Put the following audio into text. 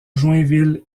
joinville